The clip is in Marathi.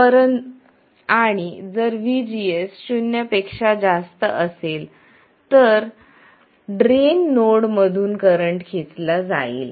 आणि जर vgs शून्य पेक्षा जास्त असेल तर ड्रेन नोड मधून करंट खेचला जाईल